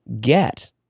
get